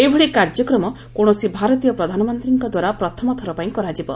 ଏଭଳି କାର୍ଯ୍ୟକ୍ରମ କକିଣସି ଭାରତୀୟ ପ୍ରଧାନମନ୍ତ୍ରୀଙ୍କ ଦ୍ୱାରା ପ୍ରଥମ ଥରପାଇଁ କରାଯିବ